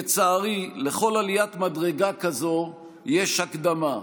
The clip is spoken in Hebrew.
לצערי, לכל עליית מדרגה כזאת יש הקדמה,